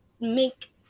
make